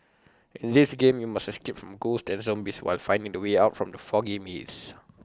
in this game you must escape from ghosts and zombies while finding the way out from the foggy maze